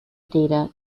data